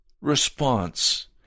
response